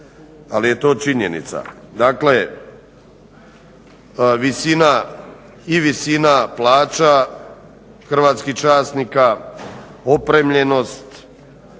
Ali je to činjenica. Dakle, visina i visina plaća hrvatskih časnika, opremljenost